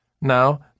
Now